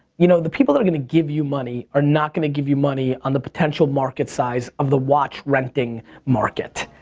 you know, the people that are gonna give you money are not gonna give you money on the potential market size of the watch renting market.